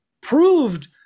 proved